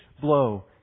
blow